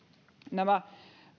nämä